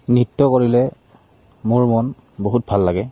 নৃত্য কৰিলে মোৰ মন বহুত ভাল লাগে